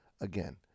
again